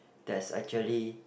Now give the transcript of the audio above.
there's actually